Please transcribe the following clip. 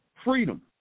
freedom